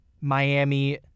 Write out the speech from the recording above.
Miami